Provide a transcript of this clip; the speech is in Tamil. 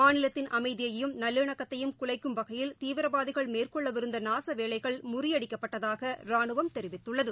மாநிலத்தின் அமைதியயும் நல்லிணக்கத்தையும் குலைக்கும் வகையில் தீவிரவாதிகள் மேற்கொள்ளவிருந்தநாசவேலைகள் முறியடிக்கப்பட்டதாகராணுவம் தெரிவித்துள்ளது